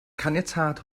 caniatâd